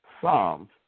Psalms